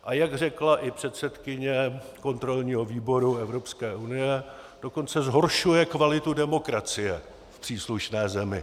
A jak řekla i předsedkyně kontrolního výboru Evropské unie, dokonce zhoršuje kvalitu demokracie v příslušné zemi.